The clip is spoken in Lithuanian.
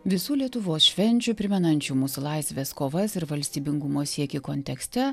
visų lietuvos švenčių primenančių mūsų laisvės kovas ir valstybingumo siekį kontekste